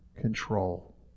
control